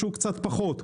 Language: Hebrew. שהוא קצת פחות.